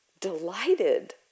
delighted